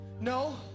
no